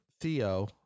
theo